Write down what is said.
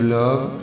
love